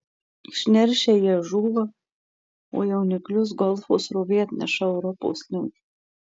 išneršę jie žūva o jauniklius golfo srovė atneša europos link